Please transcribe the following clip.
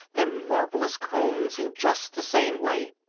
their marvelous combs, in just the same way